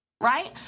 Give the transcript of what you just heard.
right